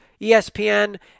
ESPN